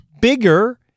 bigger